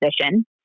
position